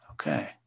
Okay